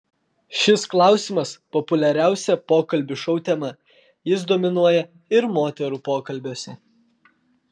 šis klausimas populiariausia pokalbių šou tema jis dominuoja ir moterų pokalbiuose